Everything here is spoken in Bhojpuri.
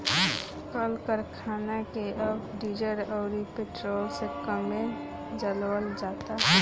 कल करखना के अब डीजल अउरी पेट्रोल से कमे चलावल जाता